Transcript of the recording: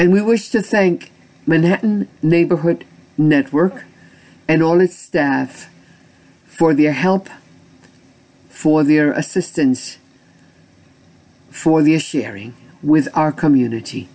and we wish to thank manhattan neighborhood network and all its staff for the help for the er assistance for the sharing with our community